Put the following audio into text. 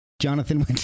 jonathan